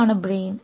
ഇതാണ് ബ്രെയിൻ